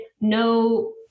no